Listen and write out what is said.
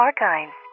archives